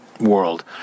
World